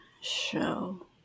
show